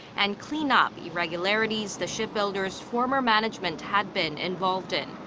and clean up irregularities the shipbuilder's former management had been involved in.